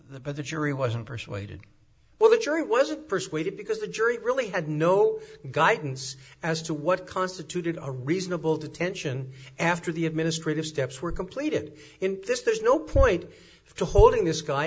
the jury wasn't persuaded well the jury wasn't persuaded because the jury really had no guidance as to what constituted a reasonable detention after the administrative steps were completed in this there's no point to holding this guy